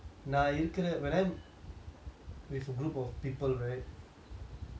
with a group of people right it's automatically the most engaging